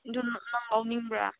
ꯑꯗꯨ ꯅꯪ ꯂꯧꯅꯤꯡꯕ꯭ꯔꯥ